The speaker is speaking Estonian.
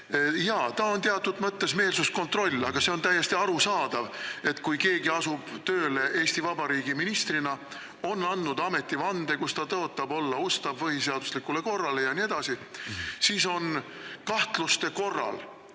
Jaa, see on teatud mõttes meelsuskontroll, aga see on täiesti arusaadav, et kui keegi asub tööle Eesti Vabariigi ministrina, ta on andnud ametivande, kus ta tõotab olla ustav põhiseaduslikule korrale ja nii edasi, siis on kahtluste korral